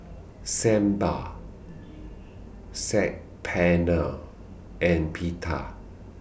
Sambar Saag Paneer and Pita